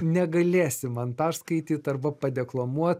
negalėsi man perskaityt arba padeklamuot